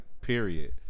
period